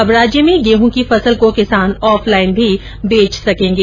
अब राज्य में गेह की फसल को किसान ऑफलाइन भी बेच सकेंगे